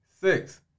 Six